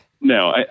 no